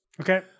Okay